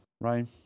right